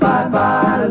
Bye-bye